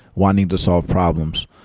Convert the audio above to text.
wanting to solve problems,